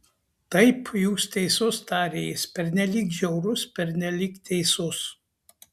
taip jūs teisus tarė jis pernelyg žiaurus pernelyg teisus